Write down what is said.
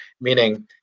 meaning